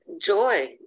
joy